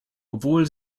obwohl